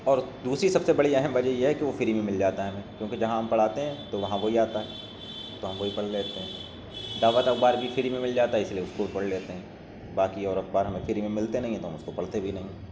اور دوسری سب سے بڑی اہم وجہ یہ ہے کہ وہ فری میں مل جاتا ہے ہمیں کیونکہ جہاں ہم پڑھاتے ہیں تو وہاں وہی آتا ہے تو ہم وہی پڑھ لیتے ہیں دعوت اخبار بھی فری میں مل جاتا ہے اس لیے اس کو بھی پڑھ لیتے ہیں باقی اور اخبار ہمیں فری میں ملتے نہیں ہیں تو ہم اس کو پڑھتے بھی نہیں